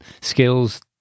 skills